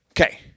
okay